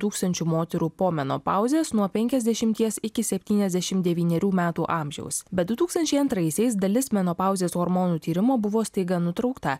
tūkstančių moterų po menopauzės nuo penkiasdešimies iki septyniasdešim devynerių metų amžiaus bet du tūkstančiai antraisiais dalis menopauzės hormonų tyrimų buvo staiga nutraukta